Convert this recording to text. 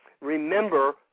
Remember